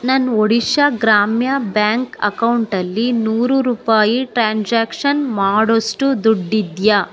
ನನ್ನ ಒಡಿಶಾ ಗ್ರಾಮ್ಯ ಬ್ಯಾಂಕ್ ಅಕೌಂಟಲ್ಲಿ ನೂರು ರೂಪಾಯಿ ಟ್ರ್ಯಾನ್ಜ್ಯಾಕ್ಷನ್ ಮಾಡೋಷ್ಟು ದುಡ್ಡಿದೆಯಾ